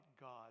God